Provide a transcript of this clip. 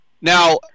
Now